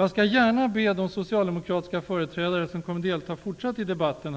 Jag vill gärna be de socialdemokratiska företrädare som kommer att delta i den fortsatta debatten